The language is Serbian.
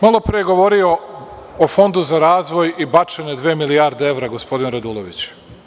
Malo pre je govorio o Fondu za razvoj i bačene dve milijarde evra, gospodin Radulović.